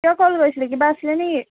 কিয় কল কৰিছিলি কিবা আছিলেনে কি